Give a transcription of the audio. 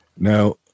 Now